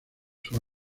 sus